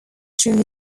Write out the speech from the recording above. through